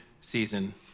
season